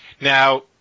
Now